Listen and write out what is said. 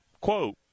quote